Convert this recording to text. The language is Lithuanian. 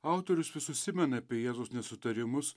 autorius vis užsimena apie jėzaus nesutarimus